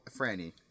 Franny